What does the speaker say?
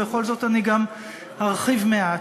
ובכל זאת אני גם ארחיב מעט.